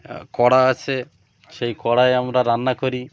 কড়া আছে সেই কড়াইয়ে আমরা রান্না করি